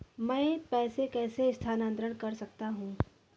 मैं पैसे कैसे स्थानांतरण कर सकता हूँ?